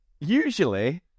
usually